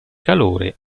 calore